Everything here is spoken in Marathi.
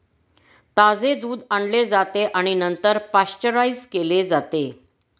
ताजे दूध आणले जाते आणि नंतर पाश्चराइज केले जाते